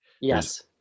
Yes